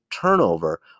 turnover